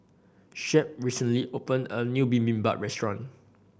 Shep recently opened a new Bibimbap Restaurant